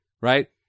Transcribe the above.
Right